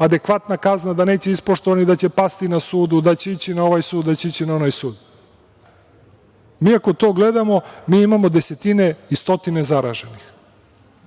adekvatna kazna, da neće ispoštovati, da će pasti na sudu, da će ići na ovaj sud, da će ići na onaj sud, ako to gledamo, mi imao desetine i stotine zaraženih,